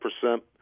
percent